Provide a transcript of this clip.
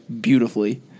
beautifully